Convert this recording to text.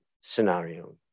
scenario